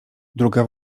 druga